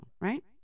right